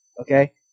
okay